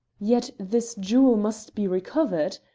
yet this jewel must be recovered.